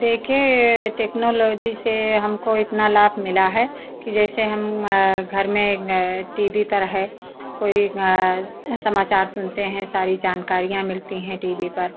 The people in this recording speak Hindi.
देखिए टेक्नोलॉजी से हमको इतना लाभ मिला है कि जैसे हम घर में टी वी पर है कोई समाचार सुनते हैं सारी जानकारियाँ मिलती हैं टी वी पर